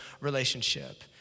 relationship